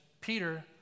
Peter